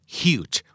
huge